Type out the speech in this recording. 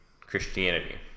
Christianity